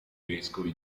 vescovi